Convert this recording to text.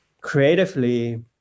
creatively